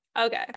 okay